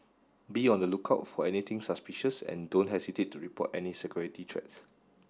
be on the lookout for anything suspicious and don't hesitate to report any security threats